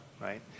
right